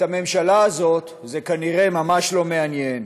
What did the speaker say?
את הממשלה הזאת זה כנראה ממש לא מעניין.